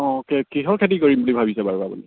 অঁ কি কিহৰ খেতি কৰিম বুলি ভাবিছে বাৰু